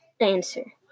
answer